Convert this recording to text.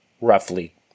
roughly